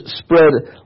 spread